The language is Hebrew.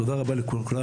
תודה רבה לכולם,